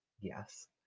yes